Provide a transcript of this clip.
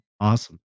Awesome